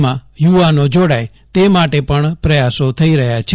માં યુ વાનો જોડાય તે માટે પણ પ્રયાસો થઇ રહ્યા છે